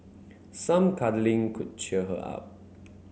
some cuddling could cheer her up